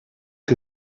que